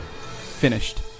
Finished